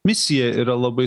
misiją yra labai